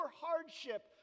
hardship